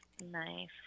Nice